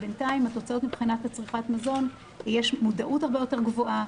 בינתיים התוצאות מבחינת צריכה המזון הן שיש מודעות הרבה יותר גבוהה,